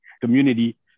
community